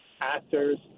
actors